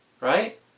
right